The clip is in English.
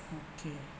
okay